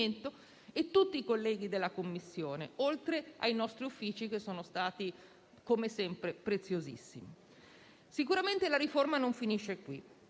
e tutti i colleghi della Commissione, oltre ai nostri Uffici che come sempre sono stati preziosissimi. Sicuramente la riforma non finisce qui